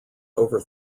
over